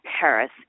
Paris